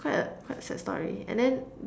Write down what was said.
it's quite a quite a sad story and then